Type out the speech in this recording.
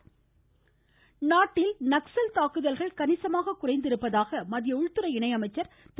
கிஷண் ரெட்டி நாட்டில் நக்சல் தாக்குதல்கள் கணிசமாக குறைந்துள்ளதாக மத்திய உள்துறை இணை அமைச்சர் திரு